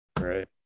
Right